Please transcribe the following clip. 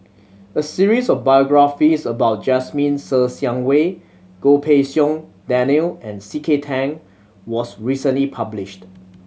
a series of biographies about Jasmine Ser Xiang Wei Goh Pei Siong Daniel and C K Tang was recently published